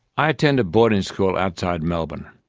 i attended boarding school outside melbourne.